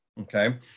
okay